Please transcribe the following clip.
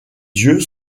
yeux